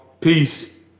Peace